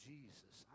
Jesus